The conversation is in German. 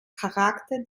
charakter